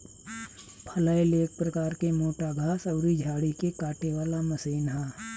फलैल एक प्रकार के मोटा घास अउरी झाड़ी के काटे वाला मशीन ह